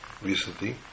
recently